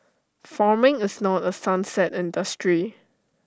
farming is not A sunset industry